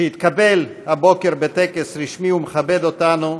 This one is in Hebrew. שהתקבל הבוקר בטקס רשמי, ומכבד אותנו,